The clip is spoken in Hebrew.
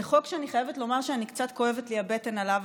זה חוק שאני חייבת לומר שקצת כואבת לי הבטן ממנו,